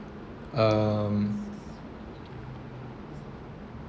um